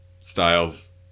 styles